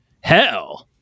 hell